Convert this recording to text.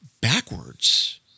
Backwards